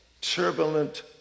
turbulent